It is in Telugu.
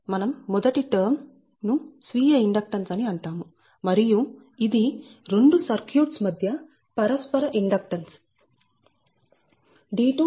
మనం మొదటి టర్మ్ ను స్వీయ ఇండక్టెన్స్ అని అంటాము మరియు ఇది 2 సర్క్యూట్స్ మధ్య పరస్పర ఇండక్టెన్స్